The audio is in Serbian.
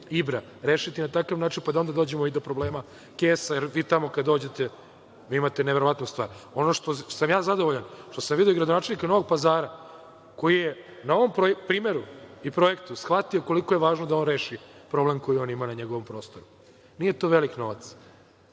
Ibra rešiti na takav način, pa da onda dođemo i do problema kesa. Vi tamo kada dođete imate neverovatnu stvar. Ono čime sam zadovoljan, što sam video kod gradonačelnika Novog Pazara, koji je na ovom primeru i projektu shvatio koliko je važno da on reši problem koji on ima na njegovom prostoru. Nije to veliki novac,